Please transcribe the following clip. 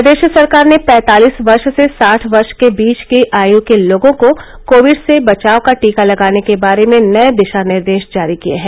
प्रदेश सरकार ने पैंतालीस वर्ष से साठ वर्ष के बीच के आयु के लोगों को कोविड से बचाव का टीका लगाने के बारे में नये दिशानिर्देश जारी किये हैं